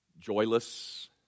joyless